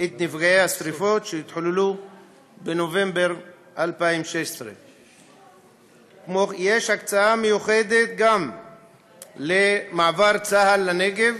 את נפגעי השרפות שהתחוללו בנובמבר 2016. יש הקצאה מיוחדת גם למעבר צה"ל לנגב,